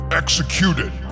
executed